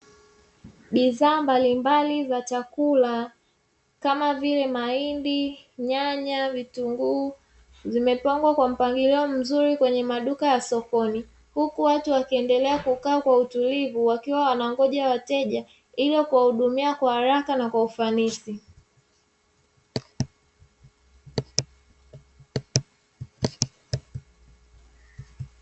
Bidhaa mbalimbali za chakula kama vile mahindi, nyanya, vitunguu zimepangwa kwa mpangilio mzuri kwenye maduka ya sokoni, huku watu wakiendelea kukaa kwa utulivu wakiwa wana ngoja wateja ili kuwa hudumia kwa haraka na kwa ufanisi.